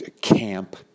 camp